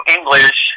English